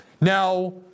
Now